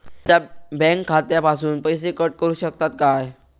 माझ्या बँक खात्यासून पैसे कट करुक शकतात काय?